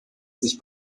sich